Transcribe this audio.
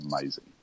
amazing